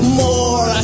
more